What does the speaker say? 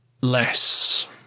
less